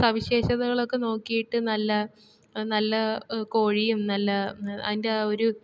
സവിശേഷതകളൊക്കെ നോക്കിയിട്ട് നല്ല നല്ല കോഴിയും നല്ല അതിൻ്റെ ആ ഒരു